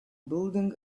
building